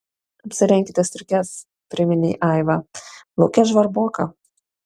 apsirenkite striukes priminė aiva lauke žvarboka